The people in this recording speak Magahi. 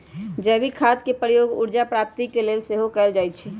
जैविक खाद के प्रयोग ऊर्जा प्राप्ति के लेल सेहो कएल जाइ छइ